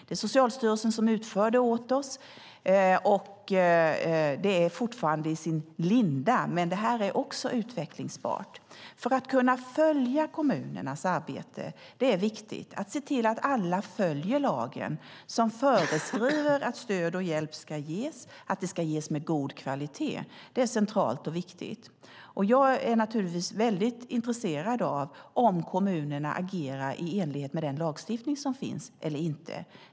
Det är Socialstyrelsen som utför det åt oss, och det är fortfarande i sin linda. Men det här är också utvecklingsbart. Det är viktigt att följa kommunernas arbete och se till att alla följer lagen som föreskriver att stöd och hjälp ska ges och med god kvalitet. Det är centralt och viktigt. Jag är naturligtvis väldigt intresserad av om kommunerna agerar i enlighet med den lagstiftning som finns eller inte.